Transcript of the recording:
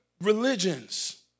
religions